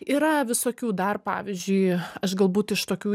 yra visokių dar pavyzdžiui aš galbūt iš tokių